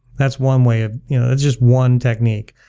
that's one way of it's just one technique.